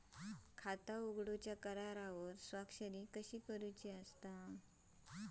खाता उघडूच्या करारावर स्वाक्षरी कशी करूची हा?